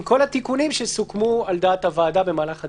עם כל התיקונים שסוכמו על דעת הוועדה במהלך הדיון.